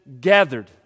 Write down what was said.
gathered